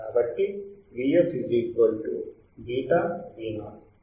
కాబట్టి Vf β Vo